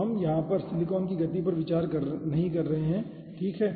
तो हम यहाँ पर सिलिकॉन की गति पर विचार नहीं कर रहे हैं ठीक है